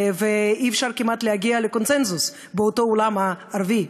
ואי-אפשר כמעט להגיע לקונסנזוס באותו "העולם הערבי".